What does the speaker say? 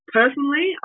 personally